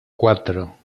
cuatro